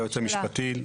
ליועץ המשפטי,